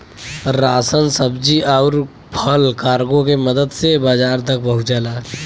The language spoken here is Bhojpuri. राशन सब्जी आउर फल कार्गो के मदद से बाजार तक पहुंचला